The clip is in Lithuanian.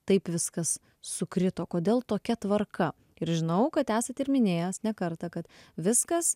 taip viskas sukrito kodėl tokia tvarka ir žinau kad esat ir minėjęs ne kartą kad viskas